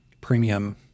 premium